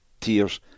tears